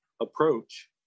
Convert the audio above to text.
approach